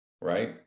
right